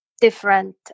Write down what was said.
different